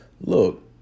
look